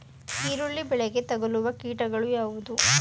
ಈರುಳ್ಳಿ ಬೆಳೆಗೆ ತಗಲುವ ಕೀಟಗಳು ಯಾವುವು?